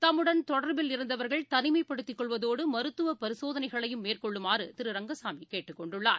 தம்முடன் தொடர்பில் இருந்தவர்கள் தனிமைப்படத்திக் கொள்வதோடுமருத்துவபரிசோதனைகளையும் மேற்கொள்ளுமாறுதிரு ரங்கசாமிகேட்டுக் கொண்டுள்ளார்